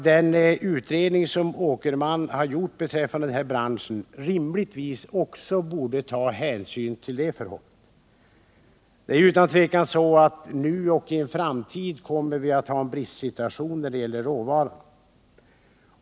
Den utredning som Johan Åkerman gjort beträffande denna bransch borde rimligtvis ha tagit hänsyn till också detta förhållande. Vi kommer utan tvivel att i en framtid få en bristsituation när det gäller råvaran.